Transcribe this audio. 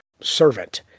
servant